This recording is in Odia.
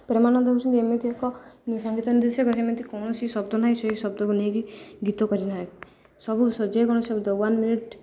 ପ୍ରେମାନନ୍ଦ ହେଉଛନ୍ତି ଏମିତି ଏକ ସଙ୍ଗୀତ ନିର୍ଦ୍ଦେଶକ ଯେମିତି କୌଣସି ଶବ୍ଦ ନାହିଁ ସେଇ ଶବ୍ଦକୁ ନେଇକି ଗୀତ କରିନାହିଁ ସବୁ ଯେକୌଣସି ଶବ୍ଦ ୱାନ୍ ମିନିଟ୍